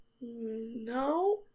no